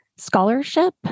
Scholarship